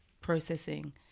processing